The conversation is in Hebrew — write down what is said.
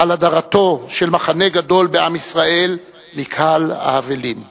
על הדרתו של מחנה גדול בעם ישראל מקהל האבלים.